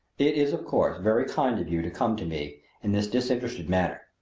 it is, of course, very kind of you to come to me in this disinterested manner.